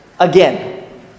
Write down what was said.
again